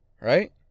right